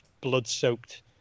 blood-soaked